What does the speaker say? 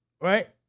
Right